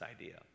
idea